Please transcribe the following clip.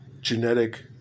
genetic